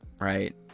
right